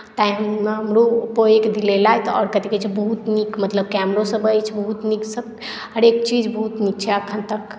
ताहिलेल हमरो ओप्पोएके दिलेलथि आओर कथी कहैत छै बहुत नीक मतलब कैमरोसभ अछि बहुत नीकसभ हरेक चीज बहुत नीक छै एखन तक